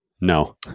No